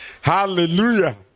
hallelujah